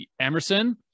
Emerson